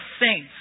saints